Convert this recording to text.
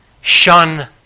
shun